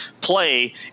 play